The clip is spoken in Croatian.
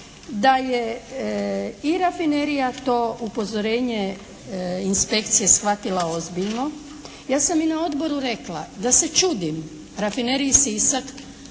da je i rafinerija to upozorenje inspekcije shvatila ozbiljno. Ja sam i na Odboru rekla da se čudim Rafineriji Sisak